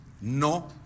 no